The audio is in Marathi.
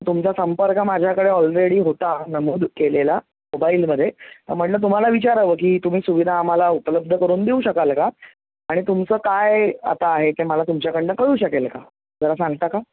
तुमचा संपर्क माझ्याकडे ऑलरेडी होता नमूद केलेला मोबाईलमध्ये तर म्हटलं तुम्हाला विचारावं की तुम्ही सुविधा आम्हाला उपलब्ध करून देऊ शकाल का आणि तुमचं काय आता आहे ते मला तुमच्याकडन कळू शकेल का जरा सांगता का